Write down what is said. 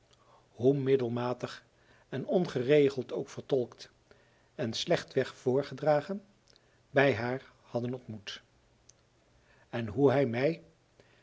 hoe middelmatig en ongeregeld ook vertolkt en slechtweg voorgedragen bij haar hadden ontmoet en hoe hij mij